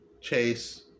chase